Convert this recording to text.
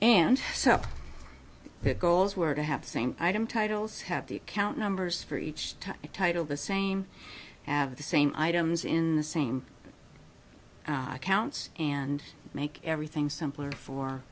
and so that goals were to have same item titles have the account numbers for each title the same have the same items in the same accounts and make everything